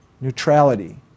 neutrality